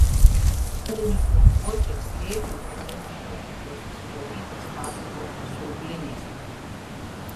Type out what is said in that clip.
vandeniui pumpuoti ir slėgiui vandentiekio tinkluose sudaryti statomos siurblinės